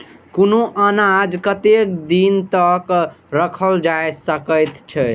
कुनू अनाज कतेक दिन तक रखल जाई सकऐत छै?